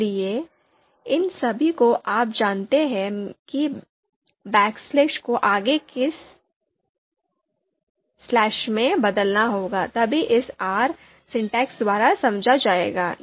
इसलिए इन सभी को आप जानते हैं कि बैकस्लैश को आगे के स्लैश में बदलना होगा तभी इसे आर सिंटैक्स द्वारा समझा जाएगा